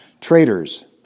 traitors